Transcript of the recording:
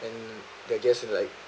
then they're just like